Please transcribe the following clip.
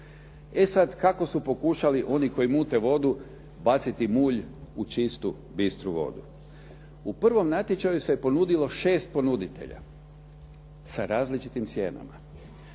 E sad, kako su pokušali oni koji mute vodu baciti mulj u čistu bistru vodu. U prvom natječaju se ponudilo šest ponuditelja sa različitim cijenama.